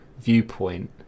viewpoint